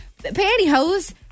pantyhose